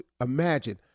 imagine